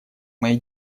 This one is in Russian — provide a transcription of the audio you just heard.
моей